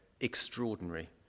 extraordinary